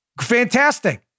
Fantastic